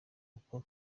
uko